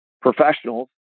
professionals